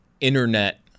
internet